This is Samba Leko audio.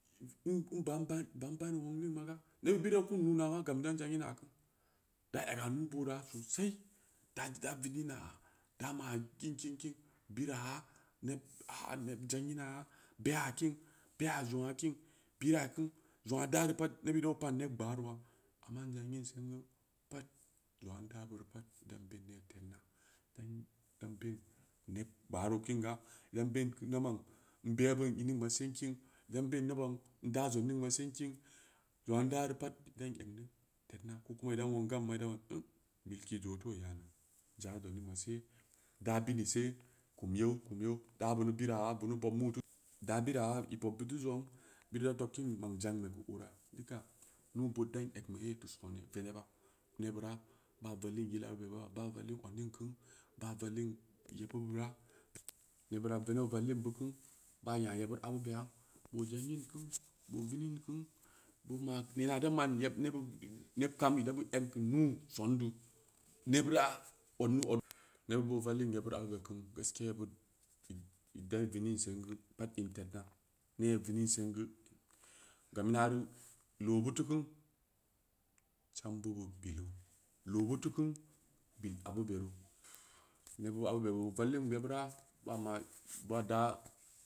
N ban ban, ban ban nwong ning ma ga, neɓɓid dan keun nuuna ma gam dan zangina kun, da ega nuu-boora sosai, da da vinina, da ma kin, kin, kin bira ya neb aa am be zangina, vea kim, bea zongn kin bira keun, zangn dan reu pad neɓɓid dau padn ne gɓaaroa, amma n zangim singu pad zangu n daa bureu pad bu dan ɓe’n nee tedne, bu dam be’n ned gɓaaro kinga, bu dan be’n keu naban n bun in ninign ma sinkin, bu dan be’n naban n daa zang ningn ma sinkin, zangna n daa reu pad bu dan egn ned tednna ko kuma buda nuuang gamma ira bam nm bil keddu tii yaan nou, za bonu masee, daa binu biraya binu bobm ni, daa biraya i bob bid deu zang bid da tokkin mam zang ɓe keu oora, dikka, nuu-bood dann egn yee tu, son venneɓa, nebira, ɓa vallin yil abu be ba vallin odning kuu ba vallin yeɓɓu bira, yeɓɓira veneɓ oo vallin b uku, baa nya yeɓɓid abu beya, boo zangin ku, boo vinin ku, boo ma’ neena ida ma’n yeb neɓɓid kami da ba egn keu nuu soondu, neb la odnu odni vwneɓ oo valling yeɓɓid aɓube kunu gaskiya idayi vinin songu paa tednna, nee vimn sengu gam ina re lo butu kun, chambo bid vilu, lobutukun, bil abuberu, nebbid abu be bu vallin yeɓɓira ba ma, ba da.